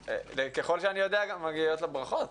ככל שאני יודע, גם מגיעות לה ברכות.